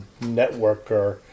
networker